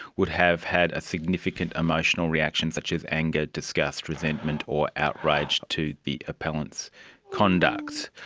would have had a significant emotional reaction such as anger, discussed, resentment or outrage to the appellant's conduct.